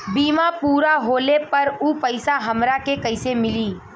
बीमा पूरा होले पर उ पैसा हमरा के कईसे मिली?